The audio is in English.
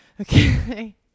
Okay